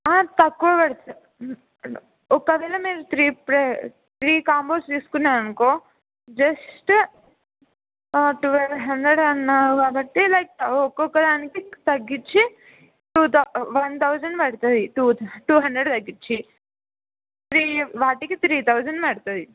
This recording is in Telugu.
తక్కువ పడుతు ఒకవేళ మీరు త్రీ ప్రే త్రీ కాంబోస్ తీసుకున్నారనుకో జస్ట్ ట్వెల్వ్ హండ్రెడ్ అన్నారు కాబట్టి లైక్ ఒక్కొక్కదానికి తగ్గించి టూ థౌ వన్ థౌజండ్ పడుతుంది టూ టూ హండ్రెడ్ తగ్గించి త్రీ వాటికి త్రీ థౌజండ్ పడుతుంది